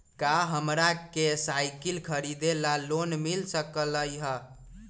का हमरा के साईकिल खरीदे ला लोन मिल सकलई ह?